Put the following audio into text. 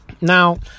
Now